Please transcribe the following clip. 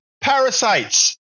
Parasites